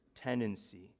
tendency